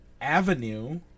Avenue